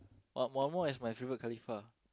uh Makmur is my favourite khalifah